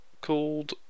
called